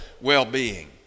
well-being